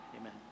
Amen